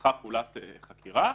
שנפתחה פעולת חקירה,